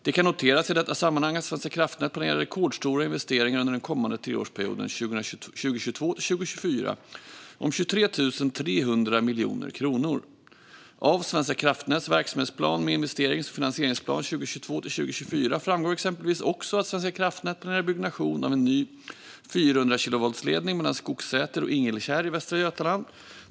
Det kan noteras i detta sammanhang att Svenska kraftnät planerar rekordstora investeringar under den kommande treårsperioden, 2022-2024, om 23 300 miljoner kronor. Av Svenska kraftnäts verksamhetsplan med investerings och finansieringsplan 2022-2024 framgår exempelvis också att Svenska kraftnät planerar byggnation av en ny 400-kilovoltsledning mellan Skogssäter och Ingelkärr i Västra Götaland.